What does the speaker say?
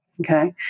Okay